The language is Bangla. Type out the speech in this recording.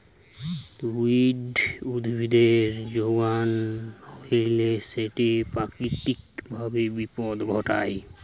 উইড উদ্ভিদের যোগান হইলে সেটি প্রাকৃতিক ভাবে বিপদ ঘটায়